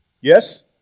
Yes